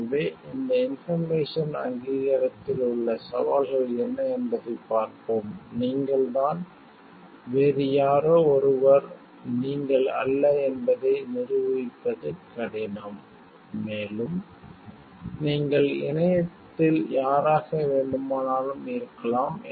எனவே இந்தத் இன்போர்மேசன் அங்கீகாரத்தில் உள்ள சவால்கள் என்ன என்பதைப் பார்ப்போம் நீங்கள் தான் வேறு யாரோ ஒருவர் நீங்கள் அல்ல என்பதை நிரூபிப்பது கடினம் மேலும் நீங்கள் இணையத்தில் யாராக வேண்டுமானாலும் இருக்கலாம்